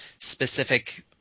specific